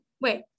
Wait